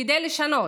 כדי לשנות.